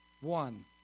one